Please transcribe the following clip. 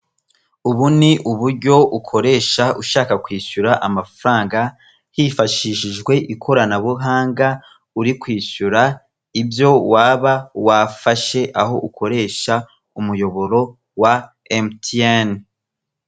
Ubu ni uburyo ukoresha ushaka kwishyura amafaranga, hifashishijwe ikoranabuhanga uri kwishura ibyiowaba wafashe ukoresha umuyoboro wa emutiyene.